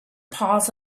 paws